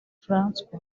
françois